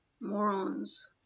morons